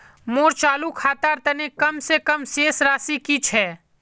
मोर चालू खातार तने कम से कम शेष राशि कि छे?